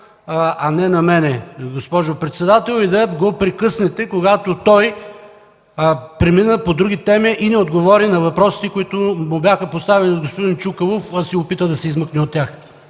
а не на мен, госпожо председател, и да го прекъснете, когато премина по други теми и не отговори на въпросите, които му бяха поставени от господин Чуколов, и се опита да се измъкне от тях.